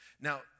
Now